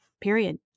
period